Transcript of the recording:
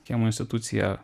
kiemo institucija